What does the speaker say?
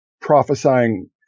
prophesying